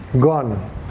gone